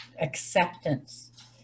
acceptance